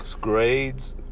grades